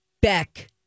Beck